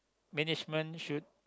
management should